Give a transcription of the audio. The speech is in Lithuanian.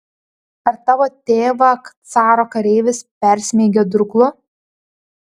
ar tavo tėvą caro kareivis persmeigė durklu